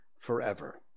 forever